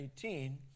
18